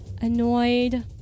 annoyed